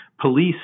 police